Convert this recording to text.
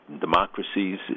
democracies